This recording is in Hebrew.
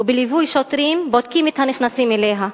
ובליווי שוטרים בודקים את הנכנסים אליה.